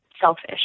selfish